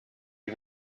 you